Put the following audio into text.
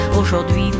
Aujourd'hui